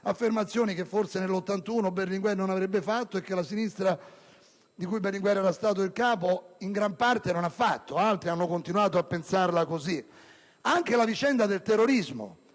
affermazioni che forse nel 1981 Berlinguer non avrebbe fatto e che la sinistra di cui egli era stato il capo in gran parte non ha fatto; altri hanno continuato a pensarla così. Anche la vicenda del terrorismo